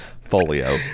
Folio